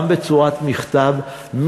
גם בצורת מכתב,